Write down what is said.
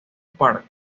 park